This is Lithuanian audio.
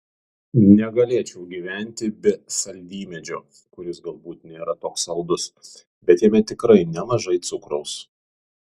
negalėčiau gyventi be saldymedžio kuris galbūt nėra toks saldus bet jame tikrai nemažai cukraus